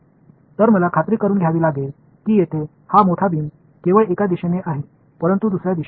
எனவே இந்த பெரிய கற்றை போன்ற ஒரு திசையில் மட்டுமே உள்ளது மற்ற திசையில் இல்லை என்பதை நான் உறுதி செய்ய வேண்டும்